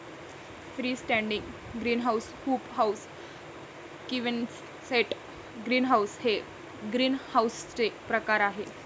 free standing greenhouse, hoop house, quonset greenhouse हे ग्रीनहाऊसचे प्रकार आहे